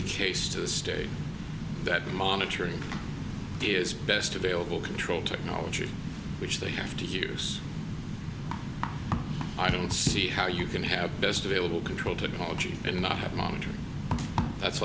the case to the state that monitoring dear is best available control technology which they have to use i don't see how you can have best available control technology and not have monitoring that's